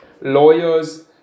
lawyers